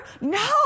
No